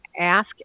ask